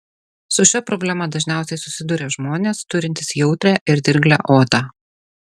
su šia problema dažniausiai susiduria žmonės turintys jautrią ir dirglią odą